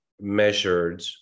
measured